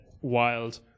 wild